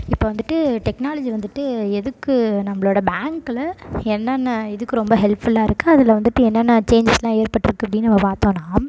இப்போ வந்துட்டு டெக்னாலஜி வந்துட்டு எதுக்கு நம்மளோட பேங்க்கில் என்னென்ன இதுக்கு ரொம்ப ஹெல்ப்ஃபுல்லாக இருக்குது அதில் வந்துட்டு என்னென்ன சேஞ்சஸ்செல்லாம் ஏற்பட்டிருக்கு அப்படினு நம்ம பார்த்தோம்னா